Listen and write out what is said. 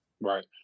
Right